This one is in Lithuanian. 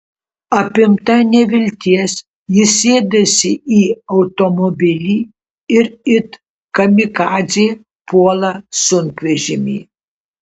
apimta nevilties ji sėdasi į automobilį ir it kamikadzė puola sunkvežimį